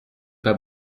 pas